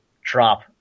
drop